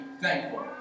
thankful